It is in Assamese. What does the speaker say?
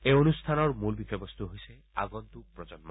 এই অনুষ্ঠানৰ মুল বিষয়বস্তু হৈছে আগন্তুক প্ৰজন্ম